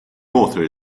author